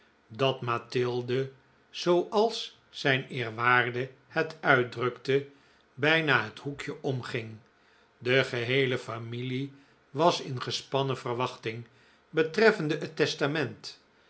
dat mathilde zooals zijn eerwaarde het uitdrukte bijna het hoekje om ging de geheele familie was in gespannen verwachting betreffende het testament